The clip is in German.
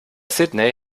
sydney